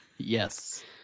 Yes